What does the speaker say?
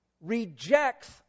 rejects